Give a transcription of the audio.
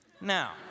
Now